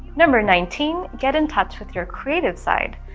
number nineteen get in touch with your creative side.